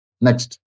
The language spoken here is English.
Next